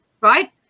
right